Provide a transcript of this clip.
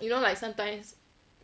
you know like sometimes